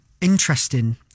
interesting